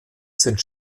sind